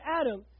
Adam